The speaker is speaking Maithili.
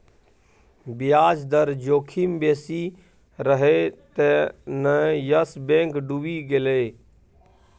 ब्याज दर जोखिम बेसी रहय तें न यस बैंक डुबि गेलै